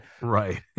Right